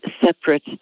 separate